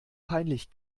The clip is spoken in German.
peinlich